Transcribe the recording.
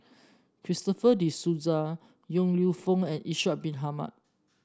Christopher De Souza Yong Lew Foong and Ishak Bin Ahmad